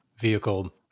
vehicle